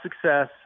success